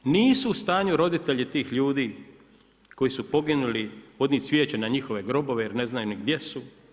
Nisu u stanju roditelji tih ljudi koji su poginuli odnijeti cvijeće na njihove grobove jer ne znaju niti gdje su.